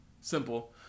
simple